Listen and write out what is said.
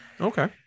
Okay